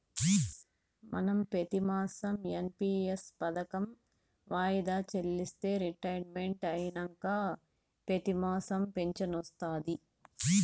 మనం పెతిమాసం ఎన్.పి.ఎస్ పదకం వాయిదా చెల్లిస్తే రిటైర్మెంట్ అయినంక పెతిమాసం ఫించనొస్తాది